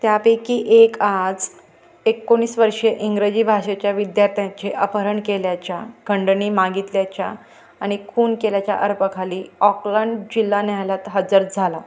त्यापैकी एक आज एकोणीस वर्षे इंग्रजी भाषेच्या विद्यार्थ्यांचे अपहरण केल्याच्या खंडणी मागितल्याच्या आणि खून केल्याच्या आरोपाखाली ऑकलंड जिल्हा न्यायालयात हजर झाला